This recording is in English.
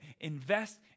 invest